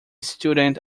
student